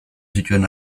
zituen